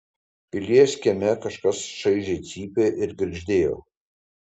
pilies kieme kažkas šaižiai cypė ir girgždėjo